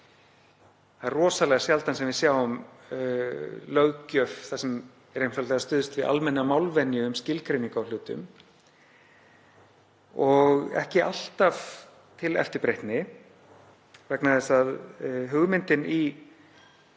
Það er rosalega sjaldan sem við sjáum löggjöf þar sem er einfaldlega stuðst við almenna málvenju um skilgreiningu á hlutum og ekki alltaf til eftirbreytni vegna þess að hugmyndin í